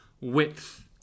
width